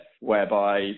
whereby